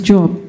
Job